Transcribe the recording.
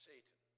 Satan